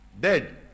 dead